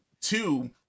two